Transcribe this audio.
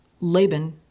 Laban